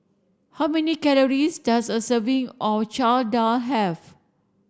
how many calories does a serving of Chana Dal have